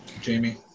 Jamie